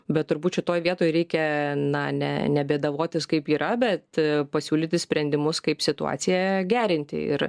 bet turbūt šitoj vietoj reikia na ne nebėdavotis kaip yra bet pasiūlyti sprendimus kaip situaciją gerinti ir